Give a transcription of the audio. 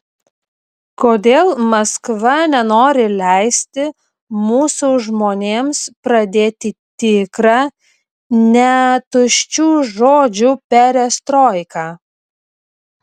kodėl maskva nenori leisti mūsų žmonėms pradėti tikrą ne tuščių žodžių perestroiką